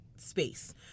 space